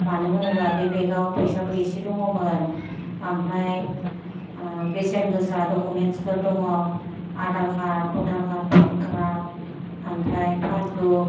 मानो होनोबा बे बेगआव फैसाबो एसे दङमोन ओमफ्राय बेसेन गोसा दखमेन्टसफोर दङ Aadhaar card voter card PAN card ओमफ्राइ पासबुक